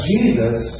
Jesus